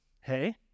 hey